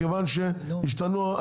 כי השתנו,